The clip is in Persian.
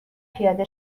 پیاده